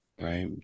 right